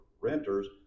renters